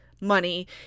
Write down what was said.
money